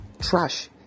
trash